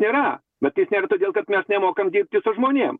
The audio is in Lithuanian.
nėra matyt todėl kad mes nemokam dirbti žmonėm